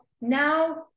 Now